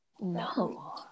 No